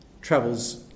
travels